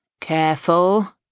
Careful